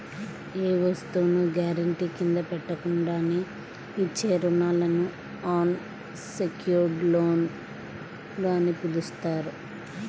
ఏ వస్తువును గ్యారెంటీ కింద పెట్టకుండానే ఇచ్చే రుణాలను అన్ సెక్యుర్డ్ లోన్లు అని పిలుస్తారు